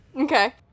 okay